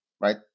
right